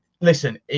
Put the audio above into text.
listen